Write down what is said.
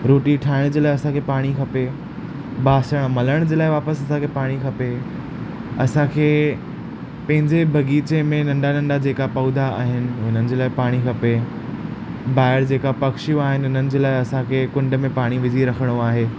रोटी ठाहिण जे लाइ असांखे पाणी खपे बासण मलण जे लाइ वापसि असांखे पाणी खपे असांखे पंहिंजे बग़ीचे में नंढा नंढा जेका पौधा आहिनि हुननि जे लाए पाणी खपे ॿाहिरि जेका पक्षियूं आहिनि उन्हनि जे लाइ असांखे कुंड में पाणी विझी रखिणो आहे